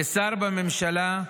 כשר בממשלה,